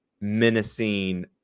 menacing